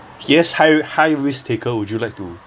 yes high high risk taker would you like to